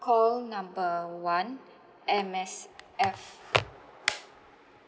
call number one M_S_F